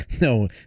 No